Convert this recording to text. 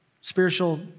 spiritual